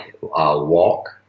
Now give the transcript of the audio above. walk